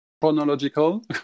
chronological